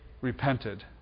repented